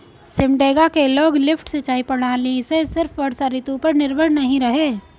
सिमडेगा के लोग लिफ्ट सिंचाई प्रणाली से सिर्फ वर्षा ऋतु पर निर्भर नहीं रहे